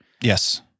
Yes